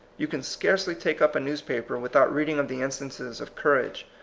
you can scarcely take up a newspaper without reading of the instances of courage,